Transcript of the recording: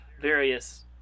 Various